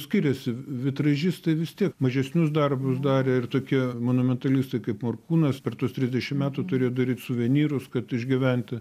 skiriasi vitražistai vis tiek mažesnius darbus darė ir tokie monumentalistai kaip morkūnas per tuos trisdešim metų turėjo daryt suvenyrus kad išgyventi